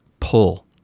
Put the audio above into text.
pull